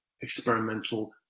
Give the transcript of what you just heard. experimental